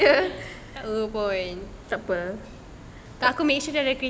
tahu pun takpe make sure dia ada kereta